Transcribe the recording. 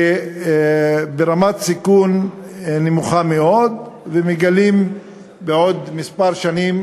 ברמת סיכון נמוכה מאוד, וכעבור מספר שנים